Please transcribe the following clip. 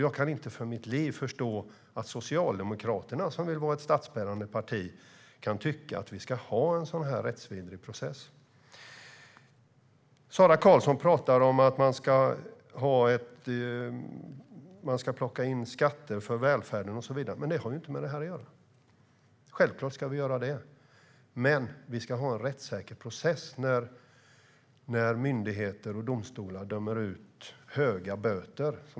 Jag kan inte för mitt liv förstå att Socialdemokraterna, som vill vara ett statsbärande parti, kan tycka att det ska få finnas en så rättsvidrig process. Sara Karlsson pratar om att ta ut skatt för att finansiera välfärden, och så vidare. Men det har inte med den här frågan att göra. Självklart ska vi ta ut skatt för att finansiera välfärden, men det ska vara en rättssäker process när myndigheter och domstolar dömer ut höga böter.